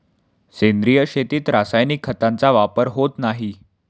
सेंद्रिय शेतीत रासायनिक खतांचा वापर होत नाही